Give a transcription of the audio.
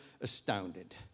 astounded